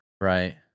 Right